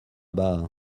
bah